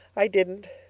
i didn't.